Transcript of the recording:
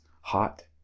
hot